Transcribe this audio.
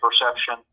perception